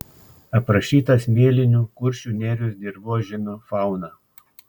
aprašyta smėlinių kuršių nerijos dirvožemių fauna